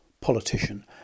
politician